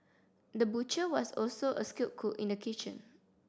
the butcher was also a skilled cook in the kitchen